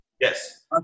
Yes